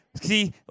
See